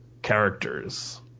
Characters